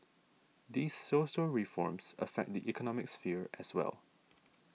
these social reforms affect the economic sphere as well